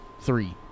Three